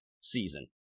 season